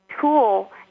tool